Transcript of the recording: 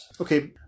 Okay